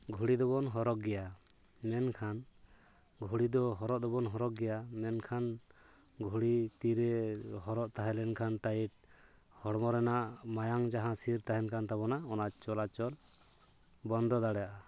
ᱜᱷᱩᱲᱤ ᱫᱚᱵᱚᱱ ᱦᱚᱨᱚᱜᱽ ᱜᱮᱭᱟ ᱢᱮᱱᱠᱷᱟᱱ ᱜᱷᱩᱲᱤ ᱫᱚ ᱦᱚᱨᱚᱜ ᱫᱚᱵᱚᱱ ᱦᱚᱨᱚᱜᱽ ᱜᱮᱭᱟ ᱢᱮᱱᱠᱷᱟᱱ ᱜᱷᱩᱲᱤ ᱛᱤᱨᱮ ᱦᱚᱨᱚᱜ ᱛᱟᱦᱮᱸ ᱞᱮᱱᱠᱷᱟᱱ ᱴᱟᱭᱤᱴ ᱦᱚᱲᱢᱚ ᱨᱮᱭᱟᱜ ᱢᱟᱭᱟᱢ ᱡᱟᱦᱟᱸ ᱥᱤᱨ ᱛᱟᱦᱮᱱ ᱠᱟᱱ ᱛᱟᱵᱳᱱᱟ ᱚᱱᱟ ᱪᱟᱞᱟᱪᱚᱞ ᱵᱚᱱᱫᱚ ᱫᱟᱲᱮᱭᱟᱜᱼᱟ